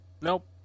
nope